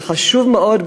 זה חשוב מאוד,